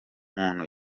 muntu